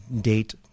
date